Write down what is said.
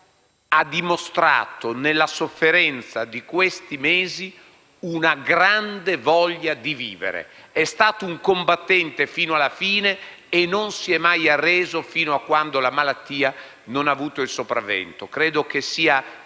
ha dimostrato nella sofferenza di questi mesi una grande voglia di vivere. È stato un combattente fino alla fine e non si è mai arreso, fino a quando la malattia non ha avuto il sopravvento. Credo che sia